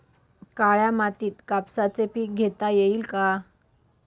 काळ्या मातीत कापसाचे पीक घेता येईल का?